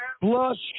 blush